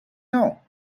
now